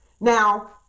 Now